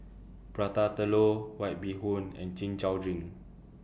Prata Telur White Bee Hoon and Chin Chow Drink